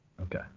Okay